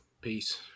peace